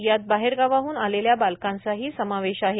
यात बाहेरगावाहन आलेल्या बालकांचाही समावेश आहे